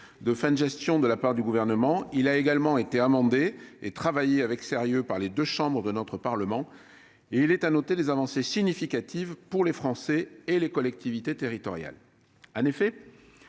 de fin de gestion de la part du Gouvernement, il a également été amendé et travaillé avec sérieux par les deux chambres de notre Parlement. Il contient donc, faut-il le noter, des avancées significatives pour les Français et les collectivités territoriales.